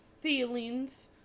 feelings